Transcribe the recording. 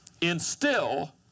instill